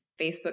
Facebook